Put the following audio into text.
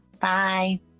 Bye